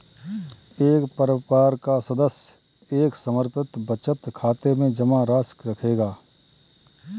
एक परिवार का सदस्य एक समर्पित बचत खाते में जमा राशि रखेगा